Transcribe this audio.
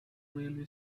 railway